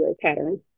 pattern